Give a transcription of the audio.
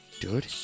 dude